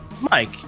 Mike